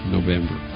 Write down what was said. November